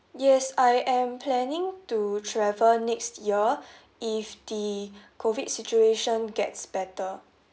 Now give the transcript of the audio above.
yes I am planning to travel next year if the COVID situation gets better